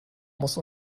muss